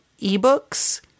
ebooks